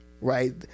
right